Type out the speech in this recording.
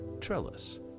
Trellis